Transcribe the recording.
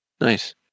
nice